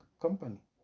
company